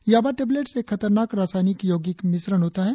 याबा tablets एक खतरनाक रासायनिक यौगिक मिश्रण होता है